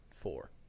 four